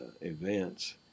events